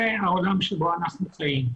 זה העולם שבו אנחנו חיים.